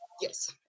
Yes